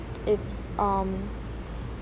it's um